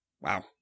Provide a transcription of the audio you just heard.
Wow